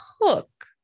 hook